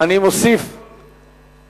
לתיקון פקודת הרוקחים (סימון ייעוד תרופה על האריזה),